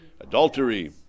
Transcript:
adultery